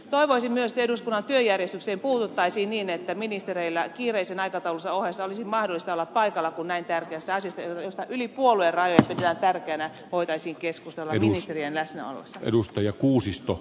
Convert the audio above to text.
toivoisin myös että eduskunnan työjärjestykseen puututtaisiin niin että ministereillä kiireisen aikataulunsa ohessa olisi mahdollista olla paikalla jotta näin tärkeästä asiasta jota yli puoluerajojen pidetään tärkeänä voitaisiin keskustella ministerien läsnäollessa